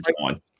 one